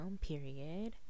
period